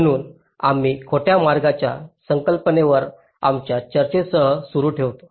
म्हणून आम्ही खोट्या मार्गांच्या संकल्पनेवर आमच्या चर्चेसह सुरू ठेवतो